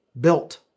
built